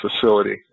facility